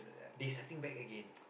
they starting back again